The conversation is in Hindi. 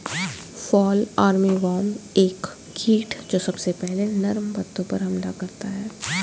फॉल आर्मीवर्म एक कीट जो सबसे पहले नर्म पत्तों पर हमला करता है